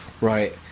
right